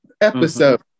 episode